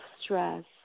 stress